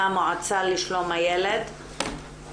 מהמועצה לשלום הילד,